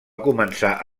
començar